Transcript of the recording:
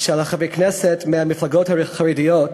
של חברי הכנסת מהמפלגות החרדיות,